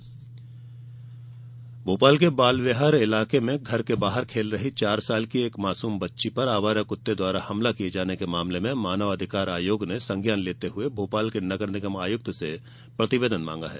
आयोग संज्ञान भोपाल के बाल विहार इलाके में घर के बाहर खेल रही चार साल की एक मासूम बच्ची पर आवारा कृत्ते द्वारा हमला किए जाने के मामले में मानव अधिकार आयोग ने संज्ञान लेते हुए भोपाल के नगर निगम आयुक्त से प्रतिवेदन मांगा है